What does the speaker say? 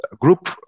group